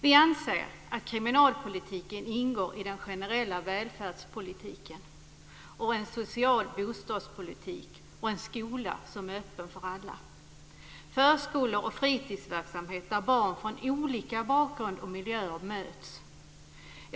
Vi anser att kriminalpolitiken ingår i den generella välfärdspolitiken; en social bostadspolitik och en skola som är öppen för alla; förskolor och fritidsverksamhet där barn från olika bakgrund och miljöer möts.